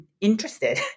interested